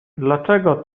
dlaczego